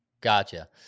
Gotcha